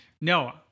No